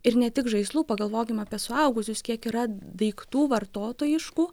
ir ne tik žaislų pagalvokim apie suaugusius kiek yra daiktų vartotojiškų